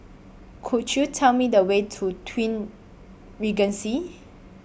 Could YOU Tell Me The Way to Twin Regency